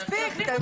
לא, תחליפו.